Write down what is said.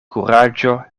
kuraĝo